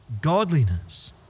Godliness